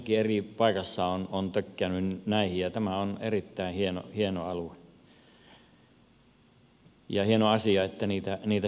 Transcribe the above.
monessakin eri paikassa olen tykästynyt näihin ja tämä on erittäin hieno alue ja hieno asia että niitä säilytetään